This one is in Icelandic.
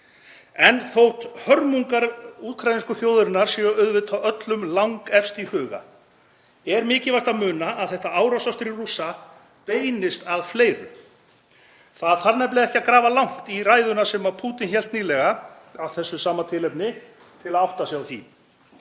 En þótt hörmungar úkraínsku þjóðarinnar séu auðvitað öllum langefst í huga er mikilvægt að muna að þetta árásarstríð Rússa beinist að fleiru. Það þarf nefnilega ekki að grafa langt í ræðuna sem Pútín hélt nýlega af þessu sama tilefni til að átta sig á því.